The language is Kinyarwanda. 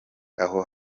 aho